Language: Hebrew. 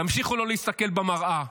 תמשיכו לא להסתכל במראה,